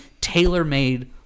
tailor-made